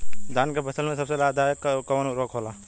धान के फसल में सबसे लाभ दायक कवन उर्वरक होला?